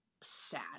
sad